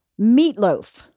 meatloaf